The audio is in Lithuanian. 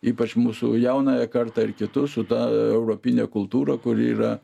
ypač mūsų jaunąją kartą ir kitus su ta europine kultūra kuri yra